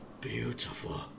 beautiful